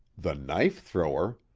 the knife-thrower!